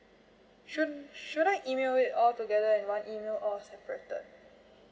should should I email it all together in one email or separated